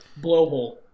Blowhole